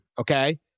okay